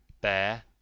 bear